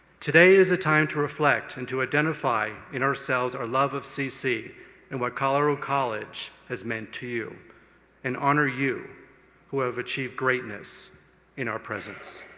today is a time to reflect and to identify in ourselves a love of cc and what colorado college has meant to you and honor you who have achieved greatness in our presence.